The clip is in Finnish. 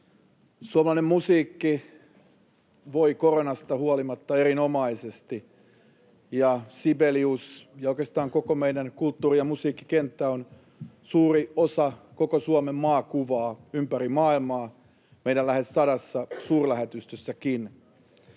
Suomalainen musiikki voi koronasta huolimatta erinomaisesti. Sibelius — ja oikeastaan koko meidän kulttuuri- ja musiikkikenttä — on suuri osa koko Suomen maakuvaa ympäri maailmaa meidän lähes sadassa suurlähetystössäkin.